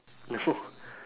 no